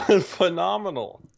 Phenomenal